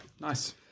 nice